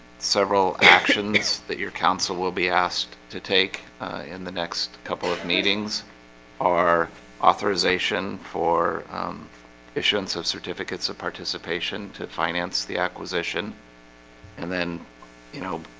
several actions that your counsel will be asked to take in the next couple of meetings our authorization for issuance of certificates of participation to finance the acquisition and then you know,